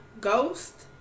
Ghost